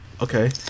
Okay